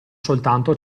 soltanto